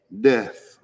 death